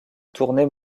tournée